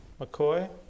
McCoy